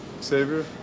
Savior